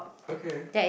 okay